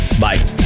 Bye